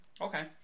Okay